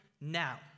now